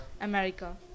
America